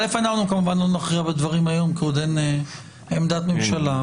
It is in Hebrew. כמובן לא נכריע בדברים היום כי עוד אין עמדת ממשלה.